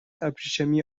ابریشمی